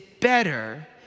better